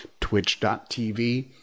twitch.tv